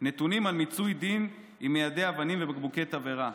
נתונים על מיצוי דין עם מיידי אבנים ובקבוקי תבערה,